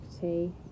tea